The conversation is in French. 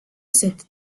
cette